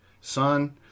son